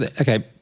Okay